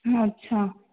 अच्छा